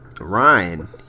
Ryan